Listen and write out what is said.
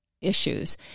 issues